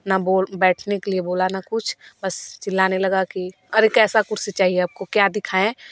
न बैठने के लिए बोला न कुछ बस चिल्लाने लगा कि अरे कैसा कुर्सी चाहिए क्या दिखाएं